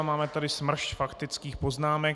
Máme tady smršť faktických poznámek.